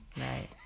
Right